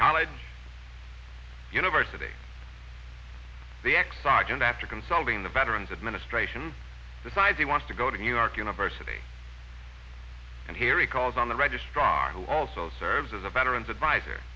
college university the accident after consulting the veteran's administration decides he wants to go to new york university and here he calls on the registrar who also serves as a veteran's advisor